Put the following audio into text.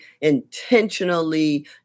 intentionally